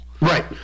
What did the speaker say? Right